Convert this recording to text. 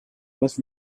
was